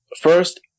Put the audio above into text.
first